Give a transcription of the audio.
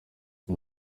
uyu